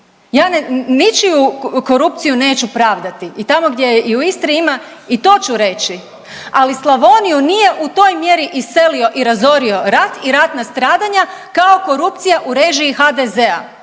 Ja ničiju korupciju neću pravdati i tamo gdje i u Istri ima i to ću reći, ali u Slavoniju nije u toj mjeri iselio i razorio rat i ratna stradanja kao korupcija u režiji HDZ-a.